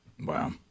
Wow